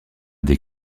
des